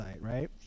right